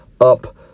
up